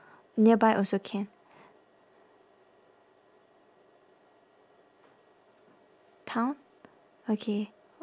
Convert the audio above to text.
nearby also can town okay